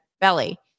belly